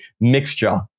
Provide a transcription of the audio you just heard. mixture